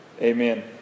Amen